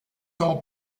son